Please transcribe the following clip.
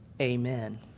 Amen